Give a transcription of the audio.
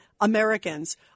Americans